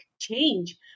change